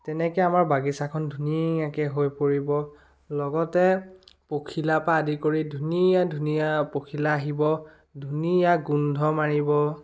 তেনেকৈ আমাৰ বাগিচাখন ধুনীয়াকৈ হৈ পৰিব লগতে পখিলাৰ পৰা আদি কৰি ধুনীয়া ধুনীয়া পখিলা আহিব ধুনীয়া গোন্ধ মাৰিব